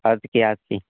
اَدٕ کیٛاہ اَدٕ کیٚنٛہہ